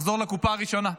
לחזור לקופה הראשונה.